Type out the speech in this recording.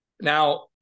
Now